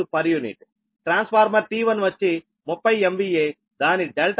transformer T1 వచ్చి 30 MVA దాని ∆ వైపు వచ్చి 6